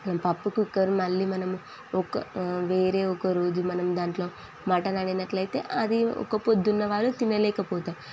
పప్పు కుక్కర్ మళ్ళీ మనం ఒక వేరే ఒకరోజు మనం దాంట్లో మటన్ వండిన్నట్టయితే అది ఒక్క ప్రొద్దున వారు తినలేకపోతారు